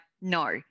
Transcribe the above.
no